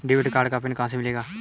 Debit card का pin कहां से मिलेगा?